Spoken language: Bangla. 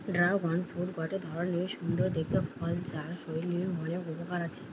ড্রাগন ফ্রুট গটে ধরণের সুন্দর দেখতে ফল যার শরীরের অনেক উপকার আছে